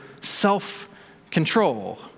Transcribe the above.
self-control